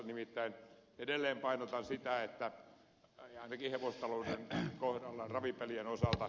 nimittäin edelleen painotan sitä ainakin hevostalouden kohdalla ravipelien osalta